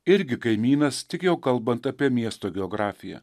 irgi kaimynas tik jau kalbant apie miesto geografiją